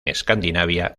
escandinavia